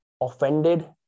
offended